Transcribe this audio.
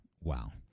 Wow